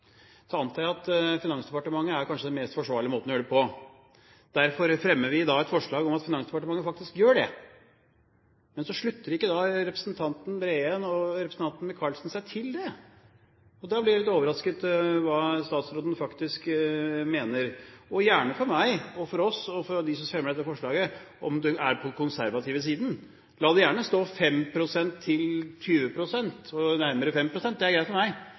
antar jeg at kanskje den mest forsvarlige måten å gjøre det på er gjennom Finansdepartementet. Derfor fremmer vi i dag et forslag om at Finansdepartementet faktisk gjør det. Men så slutter ikke representanten Breen og representanten Micaelsen seg til det, og da blir jeg litt overrasket over det statsråden faktisk mener. Men gjerne for meg, og for oss, og for dem som stemmer for dette forslaget, om det er på den konservative siden. La det gjerne stå 5 pst. til 20 pst., og nærmere 5 pst. – det er greit for meg.